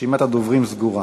רשימת הדוברים סגורה.